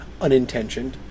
unintentioned